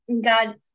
god